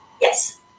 Yes